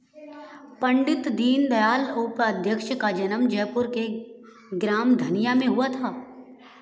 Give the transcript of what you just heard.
पण्डित दीनदयाल उपाध्याय का जन्म जयपुर के ग्राम धनिया में हुआ था